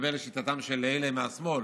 אני מדבר לשיטתם של אלה מהשמאל,